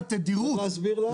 צריך להסביר למה.